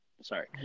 sorry